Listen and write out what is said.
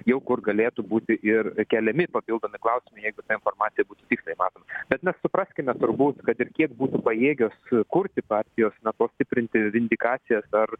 jau kur galėtų būti ir keliami papildomi klausimai jeigu ta informacija būtų tiksliai matoma bet mes supraskime turbūt kad ir kiek būtų pajėgios kurti partijos na tuos stiprinti vindikacijas ar